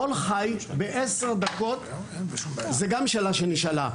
קול חי בעשר דקות, זה גם שאלה שנשאלה.